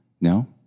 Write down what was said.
no